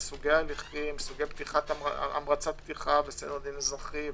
סוגי המרצת פתיחה בסדר דין אזרחי,